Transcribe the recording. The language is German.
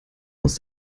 aus